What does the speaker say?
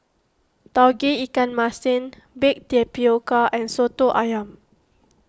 Tauge Ikan Masin Baked Tapioca and Soto Ayam